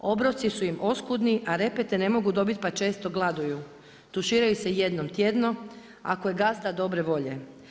Obroci su im oskudni a repete ne mogu dobiti pa često gladuju, tuširaju se jednom tjedno ako je gazda dobre volje.